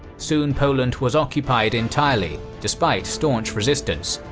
soon poland was occupied entirely, despite staunch resistance,